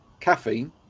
caffeine